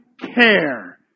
care